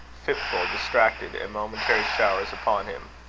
fitful, distracted, and momentary showers upon him.